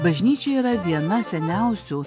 bažnyčia yra viena seniausių